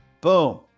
Boom